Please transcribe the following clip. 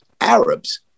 Arabs